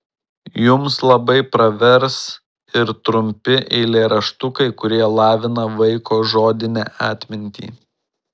jums labai pravers ir trumpi eilėraštukai kurie lavina vaiko žodinę atmintį